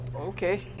okay